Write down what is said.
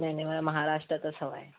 नाही नाही मला महाराष्ट्रातच हवं आहे